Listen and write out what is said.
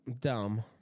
dumb